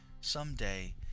someday